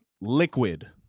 liquid